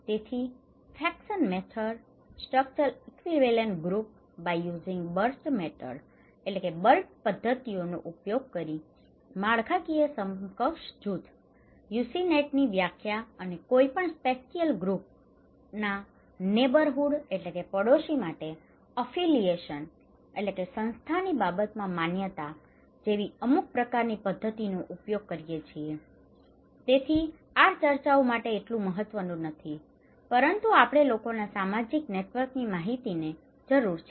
તેથી faction method structural equivalent group by using Burt method structural equivalent group by using Burt methods બર્ટ પદ્ધતિઓનો ઉપયોગ કરીને માળખાકીય સમકક્ષ જૂથ UCINETની વ્યાખ્યા અને કોઈપણ સ્પેટિયલ ગ્રુપ spatial group અવકાશી જૂથ ના નેબરહૂડ neighbourhood પડોશી માટે અફીલીએશન affiliation સંસ્થાની બાબતમાં માન્યતા જેવી અમુક પ્રકારની પદ્ધતિનો ઉપયોગ કરીએ છીએ તેથી આ ચર્ચાઓ માટે આ એટલું મહત્વનું નથી પરંતુ આપણે લોકોના સામાજિક નેટવકર્સની માહિતીની જરૂર છે